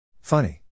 Funny